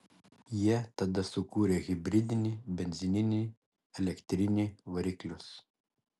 jie tada sukūrė hibridinį benzininį elektrinį variklius